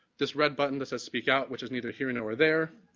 this red button that says, speak out, which is neither here nor there,